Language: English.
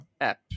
app